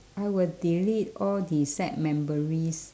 I will delete all the sad memories